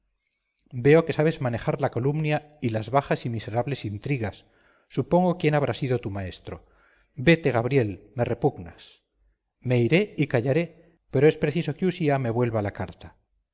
veo que sabes manejar la calumnia y las bajas y miserables intrigas supongo quién habrá sido tu maestro vete gabriel me repugnas me iré y callaré pero es preciso que usía me vuelva la carta